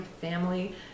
family